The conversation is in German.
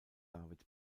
david